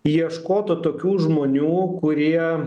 ieškotų tokių žmonių kurie